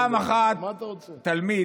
פעם אחת תלמיד